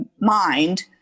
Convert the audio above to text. mind